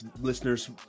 listeners